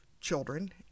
children